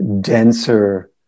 denser